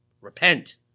Repent